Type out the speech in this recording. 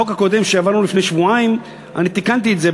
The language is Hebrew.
בחוק הקודם שהעברנו לפני שבועיים אני תיקנתי את זה,